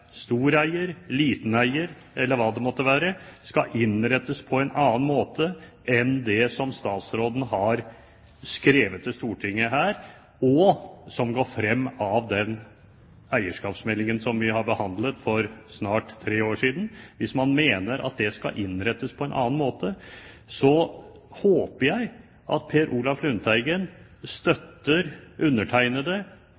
liten eier eller hva det måtte være, skal innrettes på en annen måte enn det som statsråden har skrevet til Stortinget, og som går frem av den eierskapsmeldingen som vi behandlet for snart tre år siden, håper jeg at Per Olaf Lundteigen støtter undertegnede og Høyre i ønsket om å få en ny eierskapsmelding til Stortinget, slik at både Lundteigen,